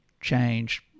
change